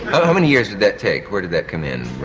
how many years did that take, where did that come in?